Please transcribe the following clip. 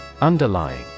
Underlying